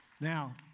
Now